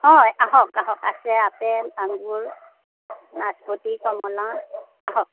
হয় আহক আহক আছে আপেল আঙুৰ নাচপতি কমলা আহক